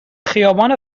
خیابان